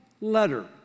letter